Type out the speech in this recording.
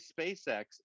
spacex